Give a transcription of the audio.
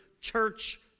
church